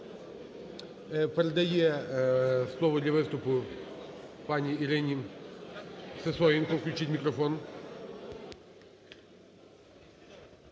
передає слово для виступу пані Ірині Сисоєнко, включіть мікрофон.